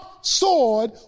sword